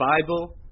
Bible